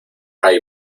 hay